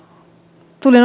tulin